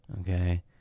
okay